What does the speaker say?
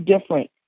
different